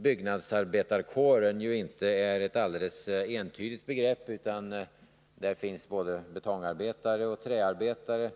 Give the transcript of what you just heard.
Byggnadsarbetarkåren är ju inte ett alldeles entydigt begrepp, utan där finns både betongarbetare och träarbetare.